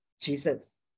Jesus